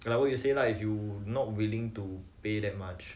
like you say lah if you not willing to pay that much